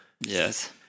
Yes